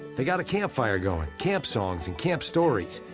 they got a campfire going, camp songs and camp stories.